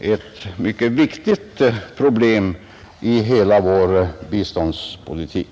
ett mycket viktigt problem i hela vår biståndspolitik,